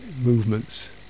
movements